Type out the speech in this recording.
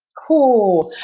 cool!